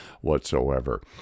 whatsoever